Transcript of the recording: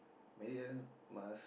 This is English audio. married then must